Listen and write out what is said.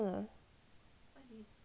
ring worm armpit